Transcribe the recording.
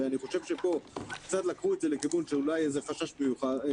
אני חושב שפה קצת לקחו את זה לכיוון של אולי של איזה חשש מיוחד.